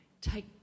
take